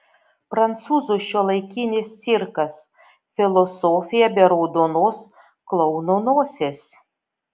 prancūzų šiuolaikinis cirkas filosofija be raudonos klouno nosies